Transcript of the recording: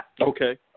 Okay